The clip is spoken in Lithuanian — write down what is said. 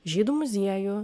žydų muziejų